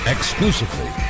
Exclusively